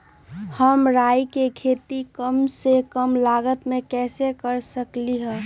हम राई के खेती कम से कम लागत में कैसे कर सकली ह?